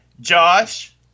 Josh